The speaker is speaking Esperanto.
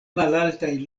malaltaj